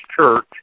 church